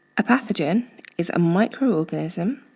a pathogen is a microorganism